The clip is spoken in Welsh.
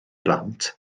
blant